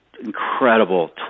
incredible